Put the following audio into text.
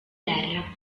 terra